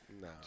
No